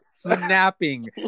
snapping